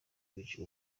bwinshi